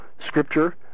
scripture